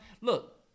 look